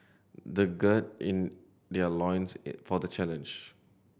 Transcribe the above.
they gird their loins for the challenge